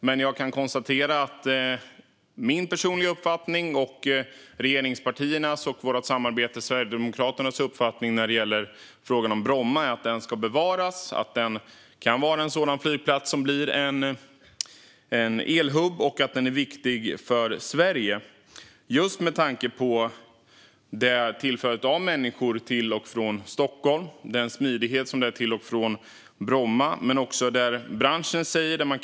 Men jag kan konstatera att min personliga uppfattning och regeringspartiernas och vårt samarbetsparti Sverigedemokraternas uppfattning när det gäller Bromma flygplats är att den ska bevaras, att den kan vara en sådan flygplats som blir en elhubb och att den är viktig för Sverige med tanke på att den i dag för människor till och från Stockholm med den smidighet som Bromma tillför. Branschen säger detsamma.